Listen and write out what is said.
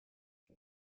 des